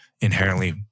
inherently